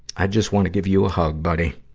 i just wanna give you a hug, buddy.